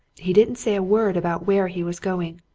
he didn't say a word about where he was going.